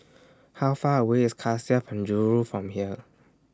How Far away IS Cassia At Penjuru from here